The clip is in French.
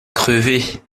crever